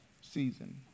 season